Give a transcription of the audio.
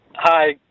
Hi